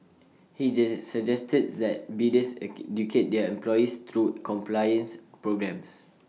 he suggested that bidders their employees through compliance programmes